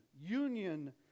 union